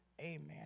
Amen